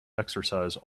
exercise